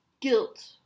guilt